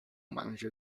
manager